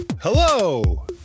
hello